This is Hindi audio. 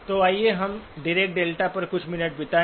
तो आइए हम डीरेक डेल्टा पर कुछ मिनट बिताएं